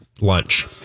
Lunch